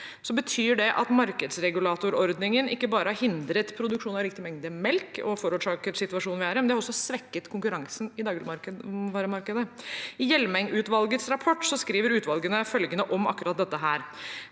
betyr det at markedsregulatorordningen ikke bare har hindret produksjon av riktig mengde melk og forårsaket situasjonen vi er i, men også svekket konkurransen i dagligvaremarkedet. I Hjelmeng-utvalgets rapport står det følgende om akkurat dette: